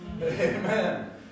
Amen